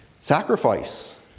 Sacrifice